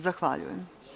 Zahvaljujem.